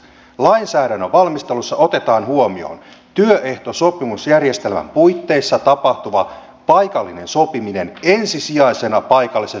lainsäädännön valmistelussa otetaan huomioon työehtosopimusjärjestelmän puitteissa tapahtuva paikallinen sopiminen ensisijaisena paikallisen sopimisen muotona